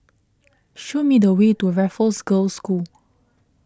show me the way to Raffles Girls' School